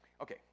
Okay